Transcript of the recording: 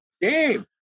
game